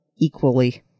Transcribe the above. equally